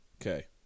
okay